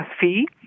fee